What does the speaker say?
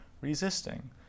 resisting